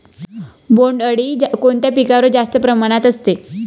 बोंडअळी कोणत्या पिकावर जास्त प्रमाणात असते?